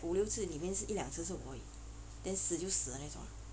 五六次里面一两次是我而已 then 死就死的那种